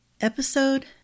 Episode